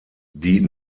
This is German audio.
die